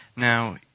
Now